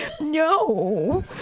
no